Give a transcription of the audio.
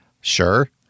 Sure